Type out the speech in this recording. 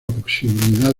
posibilidad